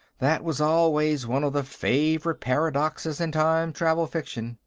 that was always one of the favorite paradoxes in time-travel fiction.